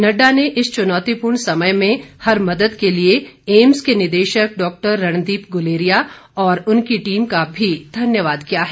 नड्डा ने इस चुनौतीपूर्ण समय में हर मदद के लिए एम्स के निदेशक डॉक्टर रणदीप गुलेरिया और उनकी टीम का भी धन्यवाद किया है